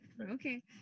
Okay